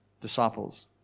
Disciples